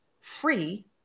free